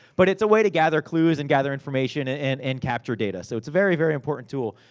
but, it's a way to gather clues, and gather information, and and capture data. so, it's a very, very important tool.